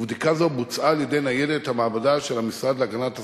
ובדיקה זו בוצעה על-ידי ניידת המעבדה של המשרד להגנת הסביבה,